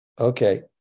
Okay